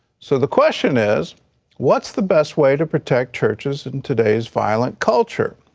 so the question is what's the best way to protect churches in today's violent culture?